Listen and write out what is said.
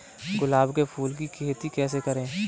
गुलाब के फूल की खेती कैसे करें?